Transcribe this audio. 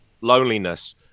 loneliness